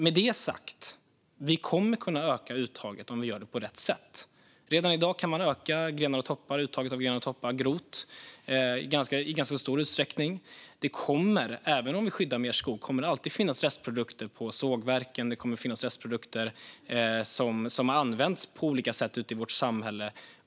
Med detta sagt kommer vi att kunna öka uttaget om vi gör det på rätt sätt. Redan i dag kan man öka uttaget av grenar och toppar, grot, i ganska stor utsträckning. Även om vi skyddar mer skog kommer det alltid att finnas restprodukter på sågverken och restprodukter som används på olika sätt ute i vårt samhälle.